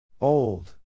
Old